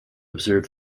observe